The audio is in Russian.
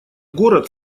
город